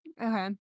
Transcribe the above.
Okay